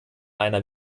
einer